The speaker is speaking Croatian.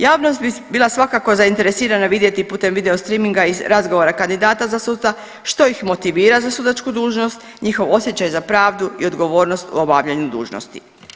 Javnost bi bila svakako zainteresirana vidjeti putem video streaminga iz razgovora za suca što ih motivira za sudačku dužnost, njihov osjećaj za pravdu i odgovornost u obavljanju dužnosti.